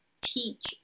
teach